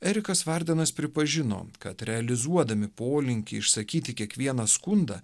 erikas vardenas pripažino kad realizuodami polinkį išsakyti kiekvieną skundą